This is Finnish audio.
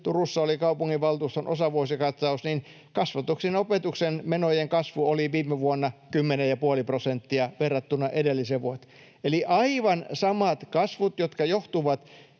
Turussa oli kaupunginvaltuuston osavuosikatsaus, niin kasvatuksen ja opetuksen menojen kasvu oli viime vuonna 10,5 prosenttia verrattuna edelliseen vuoteen — eli aivan samat kasvut, jotka johtuvat